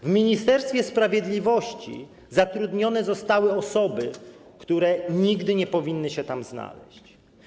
W Ministerstwie Sprawiedliwości zatrudnione zostały osoby, które nigdy nie powinny się tam znaleźć.